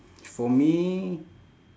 for me